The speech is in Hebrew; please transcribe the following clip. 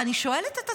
ואני שואלת את עצמי: